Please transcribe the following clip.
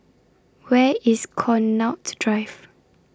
Where IS Connaught's Drive